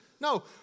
No